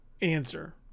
answer